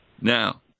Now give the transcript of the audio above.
Now